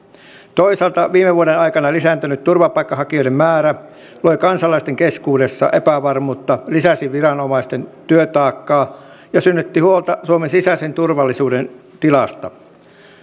toisaalta viime vuoden aikana lisääntynyt turvapaikanhakijoiden määrä loi kansalaisten keskuudessa epävarmuutta lisäsi viranomaisten työtaakkaa ja synnytti huolta suomen sisäisen turvallisuuden tilasta